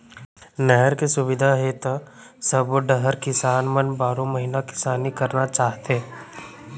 नहर के सुबिधा हे त सबो डहर किसान मन बारो महिना किसानी करना चाहथे